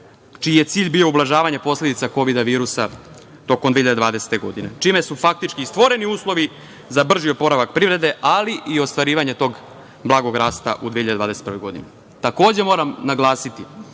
čiji je cilj bio ublažavanje posledica kovida virusa tokom 2020. godine, čime su faktički stvoreni uslovi za brži oporavak privrede, ali i ostvarivanje tog blagog rasta u 2021. godini. Moram naglasiti